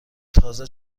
تازه